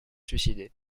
suicidé